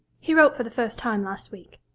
he wrote for the first time last week.